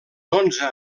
onze